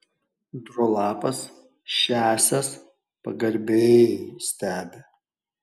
drolapas šiąsias pagarbiai stebi